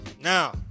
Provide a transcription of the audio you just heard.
Now